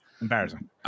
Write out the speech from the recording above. embarrassing